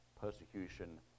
persecution